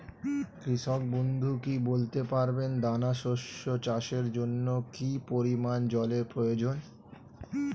কৃষক বন্ধু কি বলতে পারবেন দানা শস্য চাষের জন্য কি পরিমান জলের প্রয়োজন?